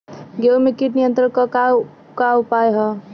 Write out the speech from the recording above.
गेहूँ में कीट नियंत्रण क का का उपाय ह?